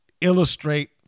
illustrate